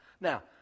Now